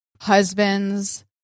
husbands